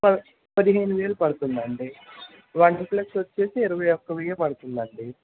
పదిహేను వేలు పడుతుంది అండి వన్ప్లస్ వచ్చేసి ఇరవై ఒక్క వెయ్యి పడుతుంది అండి